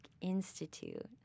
Institute